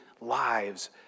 lives